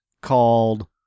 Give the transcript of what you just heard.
called